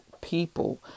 people